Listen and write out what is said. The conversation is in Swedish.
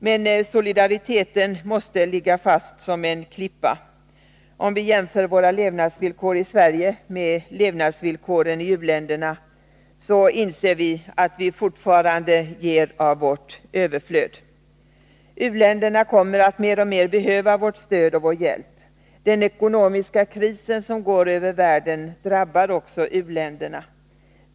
Men solidariteten måste ligga fast som en klippa. Om vi jämför våra levnadsvillkor i Sverige med levnadsvillkoren i u-länderna, inser vi att vi fortfarande ger av vårt överflöd. U-länderna kommer mer och mer att behöva vårt stöd och vår hjälp. Den ekonomiska krisen som går över världen drabbar också u-länderna.